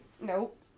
Nope